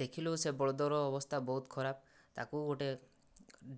ଦେଖିଲୁ ସେଇ ବଳଦର ଅବସ୍ଥା ବହୁତ ଖରାପ ତାକୁ ଗୋଟେ